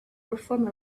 perform